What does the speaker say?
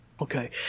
Okay